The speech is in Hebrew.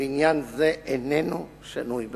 ועניין זה איננו שנוי במחלוקת.